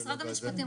משרד המשפטים,